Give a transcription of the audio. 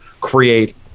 create